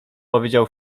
powiedział